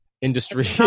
industry